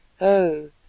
Oh